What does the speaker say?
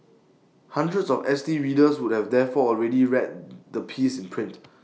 hundreds of S T readers would have therefore already read the piece in print